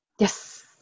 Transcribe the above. Yes